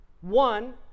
one